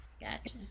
Gotcha